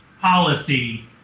policy